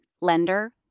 lender